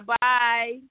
Bye